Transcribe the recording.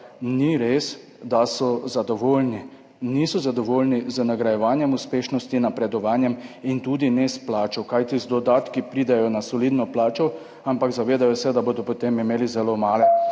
ni res, da so zadovoljni, niso zadovoljni z nagrajevanjem uspešnosti, napredovanjem in tudi ne s plačo, kajti z dodatki pridejo na solidno plačo, ampak zavedajo se, da bodo imeli potem zelo male